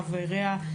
חבריה,